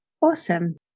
Awesome